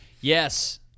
Yes